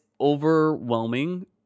overwhelming